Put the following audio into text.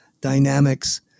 dynamics